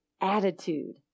attitude